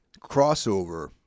crossover